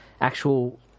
actual